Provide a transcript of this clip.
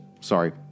Sorry